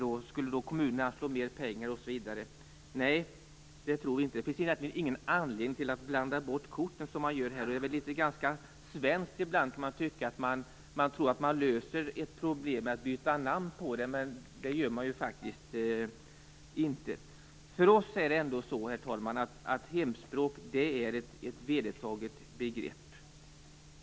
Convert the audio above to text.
Och skulle kommunerna då anslå mera pengar osv.? Nej, det tror inte vi. Det finns ingen anledning att blanda bort korten på det sätt som här görs. Det är kanske ganska svenskt ibland att tro att ett problem löses genom att man byter namn, men så är det ju inte. Begreppet hemspråk är, menar vi, ett vedertaget begrepp.